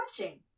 watching